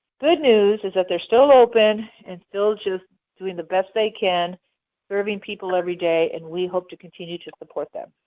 good news is they are still open and still just doing the best they can serving people every day. and we hope to continue to support them.